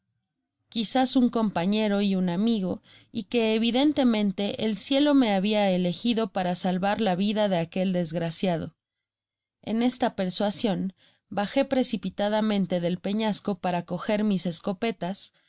quizás un compañero y un amigo y que evidentemente el cielo me habia elegido para salvar la vida de aquel desgraciado en esta persuasion bajé precipitadamente del peñasco para coger mis escopetas